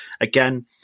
Again